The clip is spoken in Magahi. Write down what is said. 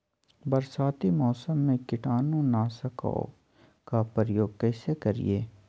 बरसाती मौसम में कीटाणु नाशक ओं का प्रयोग कैसे करिये?